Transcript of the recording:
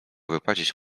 wypłacić